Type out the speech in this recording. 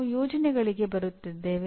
ನಾವು ನಿಯೋಜನೆಗಳಿಗೆ ಬರುತ್ತಿದ್ದೇವೆ